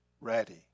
ready